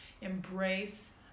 embrace